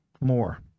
more